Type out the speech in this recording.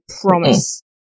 promise